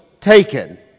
taken